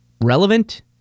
Relevant